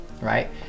right